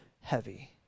heavy